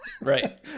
right